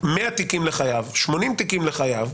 100 נושים לחייב, 80 נושים לחייב,